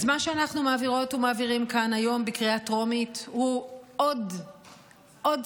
אז מה שאנחנו מעבירות ומעבירים כאן בקריאה טרומית הוא עוד צעד,